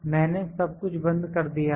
मैंने सब कुछ बंद कर दिया है